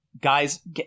guys